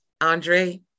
Andre